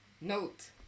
Note